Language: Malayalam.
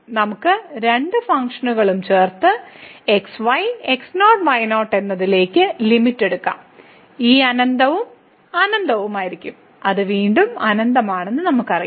നമുക്ക് രണ്ട് ഫംഗ്ഷനുകളും ചേർത്ത് x y x 0 y 0 എന്നതിലേക്ക് ലിമിറ്റ് എടുക്കാം ഇത് അനന്തവും അനന്തവുമായിരിക്കും അത് വീണ്ടും അനന്തമാണെന്ന് നമുക്കറിയാം